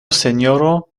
sinjoro